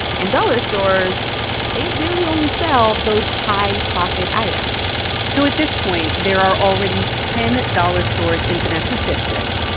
and dollar stores they really only sell those high-profit items so at this point, there are already ten dollar stores in vanessa's district,